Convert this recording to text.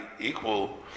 equal